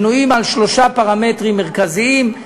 בנויים על שלושה פרמטרים מרכזיים: